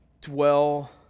dwell